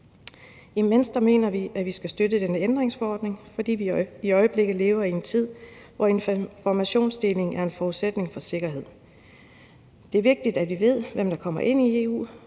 I Venstre mener vi, at vi skal støtte denne ændringsforordning, fordi vi i øjeblikket lever i en tid, hvor informationsdeling er en forudsætning for sikkerhed. Det er vigtigt, at vi ved, hvem der kommer ind i EU,